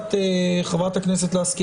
לשיטת חברת הכנסת לסקי,